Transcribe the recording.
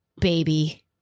baby